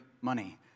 money